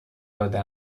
داده